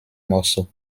morceaux